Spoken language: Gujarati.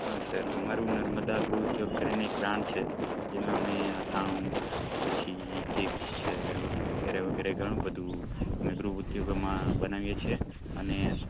હા સર અમારું નર્મદા ગૃહ ઉદ્યોગ કરીને એક બ્રાન્ચ છે જેમાં અમે અથાણું પછી ચીપ્સ છે વગેરા વગેરા ઘણું બધું અમે ગૃહ ઉદ્યોગમાં બનાવીએ છીએ અને